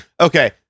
Okay